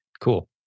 Cool